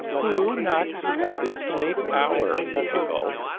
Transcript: who knocks at this late hour? she called.